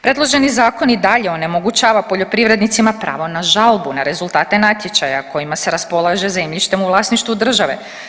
Predloženi zakon i dalje onemogućava poljoprivrednicima pravo na žalbu, na rezultate natječaja kojima se raspolaže zemljištem u vlasništvu države.